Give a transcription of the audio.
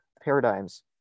paradigms